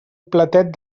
platet